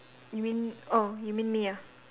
you mean oh you may mean ah